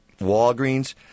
Walgreens